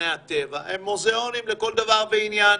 מוזאוני הטבע הם מוזיאונים לכל דבר ועניין,